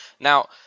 Now